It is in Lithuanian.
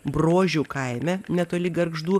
brožių kaime netoli gargždų